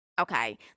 Okay